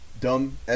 dumb